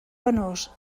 penós